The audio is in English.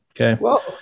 Okay